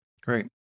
great